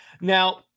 Now